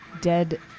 dead